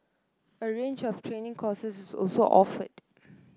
a range of training courses is also offered